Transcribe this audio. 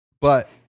But-